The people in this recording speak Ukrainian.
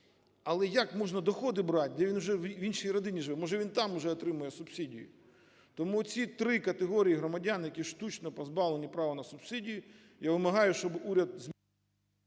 Але як можна доходи брати, де він вже в іншій родині живе, може він там вже отримує субсидію? Тому ці три категорії громадян, які штучно позбавлені права на субсидію, я вимагаю, щоб уряд…